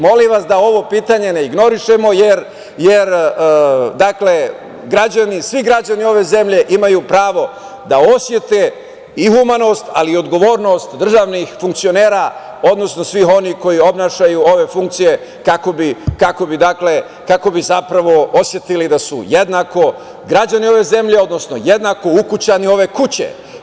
Molim vas da ovo pitanje ne ignorišemo, jer svi građani ove zemlje imaju pravo da osete i humanost, ali i odgovornost državnih funkcionera, odnosno svih onih koji obavljaju ove funkcije kako bi osetili da su jednako građani ove zemlje, odnosno jednako ukućani ove kuće.